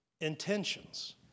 intentions